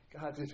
God